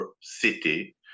city